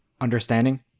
understanding